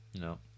No